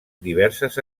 diverses